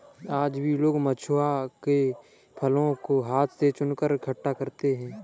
आज भी लोग महुआ के फलों को हाथ से चुनकर इकठ्ठा करते हैं